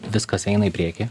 viskas eina į priekį